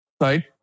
right